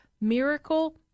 miracle